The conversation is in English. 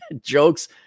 jokes